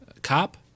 cop